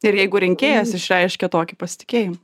ir jeigu rinkėjas išreiškia tokį pasitikėjim